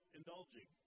indulging